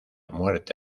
muerte